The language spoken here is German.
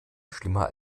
schlimmer